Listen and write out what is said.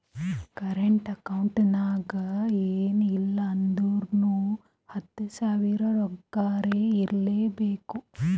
current account ನಾಗ್ ಎನ್ ಇಲ್ಲ ಅಂದುರ್ನು ಹತ್ತು ಸಾವಿರ ರೊಕ್ಕಾರೆ ಇರ್ಲೆಬೇಕು